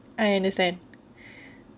I understand